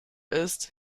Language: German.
isst